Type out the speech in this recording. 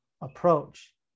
approach